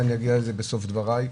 אבל אני אגיע לזה בסוף דבריי,